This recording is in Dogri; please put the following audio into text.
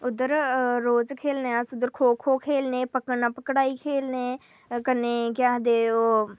उद्धर रोज खेढने आं अस उद्धर खो खो खेढने पकड़ना पकडा़ई खेढने कन्नै के आखदे औह्